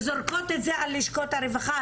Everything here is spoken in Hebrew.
וזורקות את זה על לשכות הרווחה.